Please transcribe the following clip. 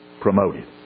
promoted